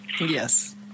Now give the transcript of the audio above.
Yes